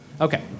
Okay